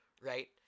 right